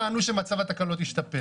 אז איך הם טענו שמצב התקלות השתפר?